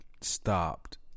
Stopped